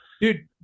Dude